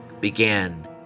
began